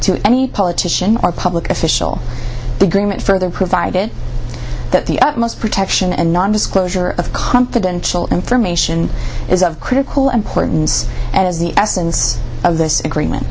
to any politician or public official agreement further provided that the most protection and non disclosure of confidential information is of critical importance and is the essence of this agreement